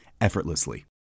effortlessly